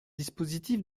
dispositif